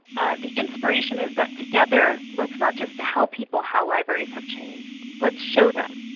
the inspiration is that together let's not just tell people how libraries have changed let's show them.